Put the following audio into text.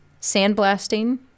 Sandblasting